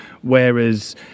Whereas